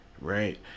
right